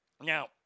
Now